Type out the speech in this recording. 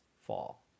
fall